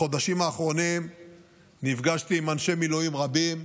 בחודשים האחרונים נפגשתי עם אנשי מילואים רבים.